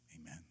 amen